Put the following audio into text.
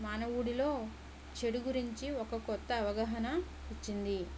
మానవుడిలో చెడు గురించి ఒక కొత్త అవగాహన ఇచ్చింది